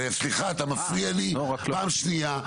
סליחה, אתה מפריע לי פעם שנייה.